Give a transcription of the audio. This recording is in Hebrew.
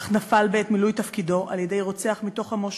אך נפל בעת מילוי תפקידו על-ידי רוצח מתוך עמו שלו.